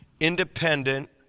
independent